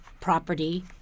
property